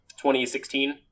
2016